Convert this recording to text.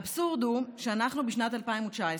האבסורד הוא שאנחנו בשנת 2019,